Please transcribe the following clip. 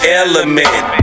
element